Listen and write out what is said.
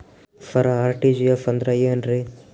ಸರ RTGS ಅಂದ್ರ ಏನ್ರೀ?